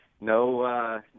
no